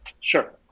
Sure